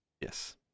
yes